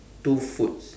two foods